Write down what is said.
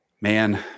man